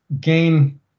gain